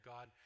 God